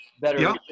better